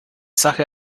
sache